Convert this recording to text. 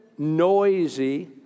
Noisy